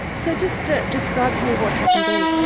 so just describe to me what happened then.